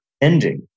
ending